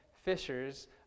fishers